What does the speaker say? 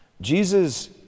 jesus